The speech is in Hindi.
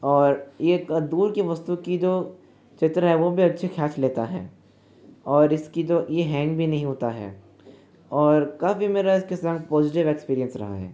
और यह दूर की वस्तू की जो चित्र है वह भी अच्छे खींच लेता है और इसकी जो यह हैंग भी नहीं होता है और काफी मेरा इसके साथ पॉजिटिव एक्सपीरियंस रहा है